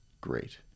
great